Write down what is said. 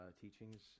teachings